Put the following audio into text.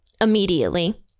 immediately